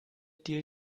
dir